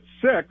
six